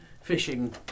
fishing